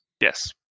Yes